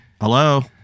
Hello